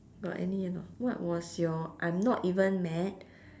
got any or not what was your I'm not even mad